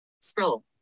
Scroll